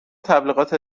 تبلیغات